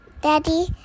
daddy